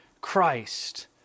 Christ